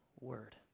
word